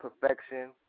perfection